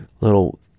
little